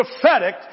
prophetic